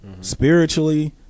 spiritually